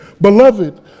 Beloved